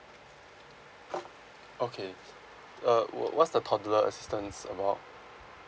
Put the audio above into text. okay uh what what's the toddler assistance about